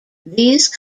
these